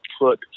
put